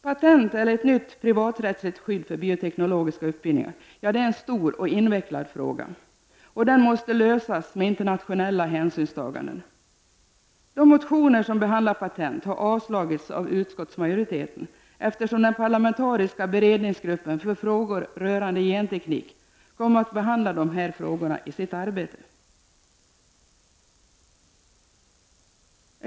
Patent eller ett nytt privaträttsligt skydd för bioteknologiska uppfinningar är en stor och invecklad fråga, och internationella hänsynstaganden är i detta sammanhang nödvändiga. De motioner som behandlar patent har avstyrkts av utskottsmajoriteten, eftersom den parlamentariska beredningsgruppen för frågor rörande genteknik i sitt arbete kommer att behandla detta ämne.